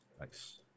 Nice